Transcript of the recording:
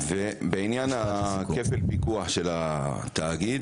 בעניין כפל הפיקוח של התאגיד